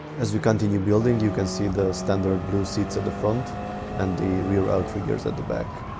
as we continue building you can see the standard blue seats at the front and the rear outriggers at the back